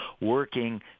working